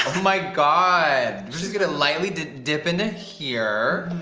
my god. she's gonna lightly dip dip into here.